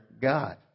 God